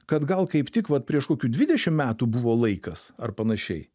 kad gal kaip tik vat prieš kokių dvidešimt metų buvo laikas ar panašiai